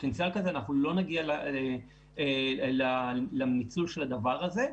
פוטנציאל כזה אנחנו לא נגיע למיצוי של הדבר הזה,